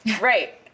Right